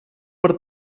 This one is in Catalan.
per